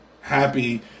happy